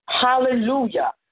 Hallelujah